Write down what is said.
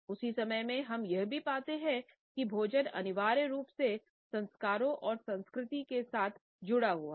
उस ही समय में हम पाते हैं कि भोजन अनिवार्य रूप से संस्कारों और संस्कृति के साथ जुड़ा हुआ है